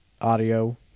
audio